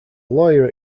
lawyer